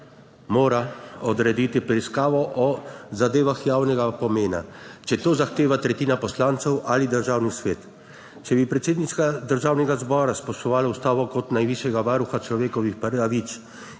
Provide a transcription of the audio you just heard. mora odrediti preiskavo o zadevah javnega pomena, če to zahteva tretjina poslancev ali državni svet. Če bi predsednica Državnega zbora spoštovala ustavo kot najvišjega varuha človekovih pravic